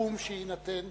הסכום שיינתן